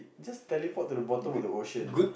just teleport to the bottom of the ocean